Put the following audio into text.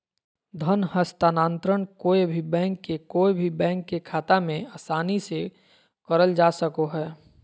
धन हस्तान्त्रंण कोय भी बैंक से कोय भी बैंक के खाता मे आसानी से करल जा सको हय